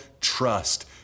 trust